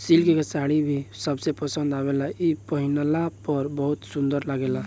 silk के साड़ी भी सबके पसंद आवेला इ पहिनला पर बहुत सुंदर लागेला